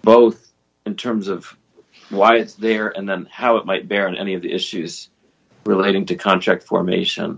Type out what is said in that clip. both in terms of why it's there and then how it might bear on any of the issues relating to contract formation